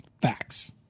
Facts